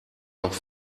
auch